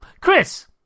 Chris